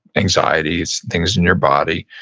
anxieties, things in your body,